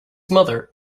mother